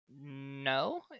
No